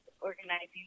organizing